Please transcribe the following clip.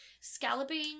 scalloping